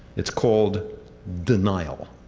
it's called denial.